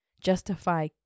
justify